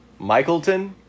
Michaelton